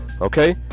okay